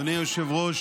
אדוני היושב-ראש,